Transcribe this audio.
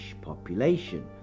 population